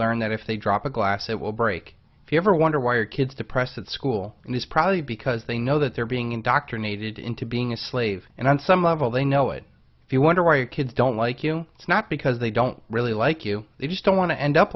learn that if they drop a glass it will break if you ever wonder why are kids depressed at school and this probably because they know that they're being indoctrinated into being a slave and on some level they know it if you wonder why your kids don't like you it's not because they don't really like you they just don't want to end up